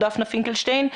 דפנה פינקלשטיין,